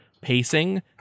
pacing